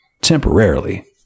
temporarily